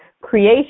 creation